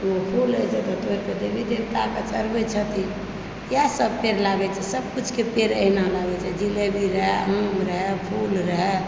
ओ फूल होइत छै तऽ ओ तोड़िकऽदेवी देवताके चढ़बै छथिन इएह सब पेड़ लागै छै सब किछुके पेड़ अहिना लागए छै जिलेबी रहए मूँग रहए फूल रहए